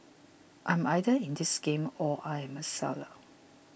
I'm either in this game or I'm a seller